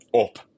up